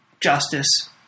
justice